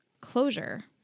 closure